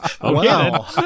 Wow